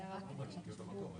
23.)